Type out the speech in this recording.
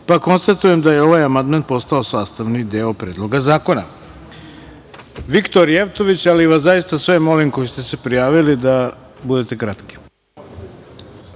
Srbije. Konstatujem da je ovaj amandman postao sastavni deo Predloga zakona. Viktor Jevtović, ali vas zaista sve molim koji ste se prijavili da budete kratki.